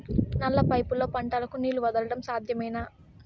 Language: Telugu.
నల్ల పైపుల్లో పంటలకు నీళ్లు వదలడం సాధ్యమేనా?